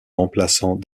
remplaçant